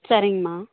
சரிங்கமா